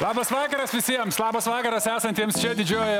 labas vakaras visiems labas vakaras esantiems čia didžiojoje